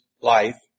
life